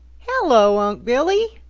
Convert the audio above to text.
hello, unc' billy,